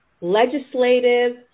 legislative